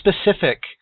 specific